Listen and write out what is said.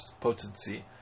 potency